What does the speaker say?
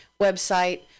website